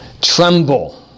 Tremble